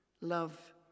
love